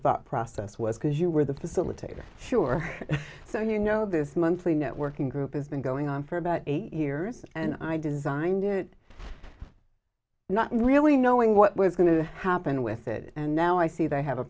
thought process was because you were the facilitator sure so you know this monthly networking group has been going on for about eight years and i designed it not really knowing what was going to happen with it and now i see they have a